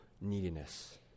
neediness